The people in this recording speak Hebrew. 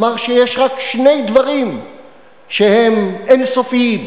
אמר שיש רק שני דברים שהם אין-סופיים: